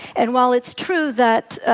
and while it's true that,